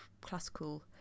classical